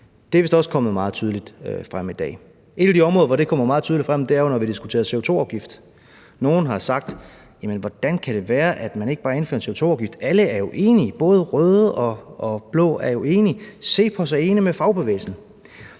Det er vist også kommet meget tydeligt frem i dag. Et af de områder, hvor det kommer meget tydeligt frem, er jo, når vi diskuterer CO2-afgift. Nogle har sagt: Hvordan kan det være, at man ikke bare indfører en CO2-afgift? Alle er jo enige, røde og blå er enige, CEPOS er enig med fagbevægelsen.